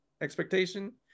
expectation